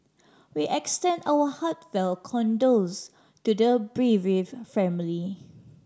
we extend our heartfelt condols to the bereave family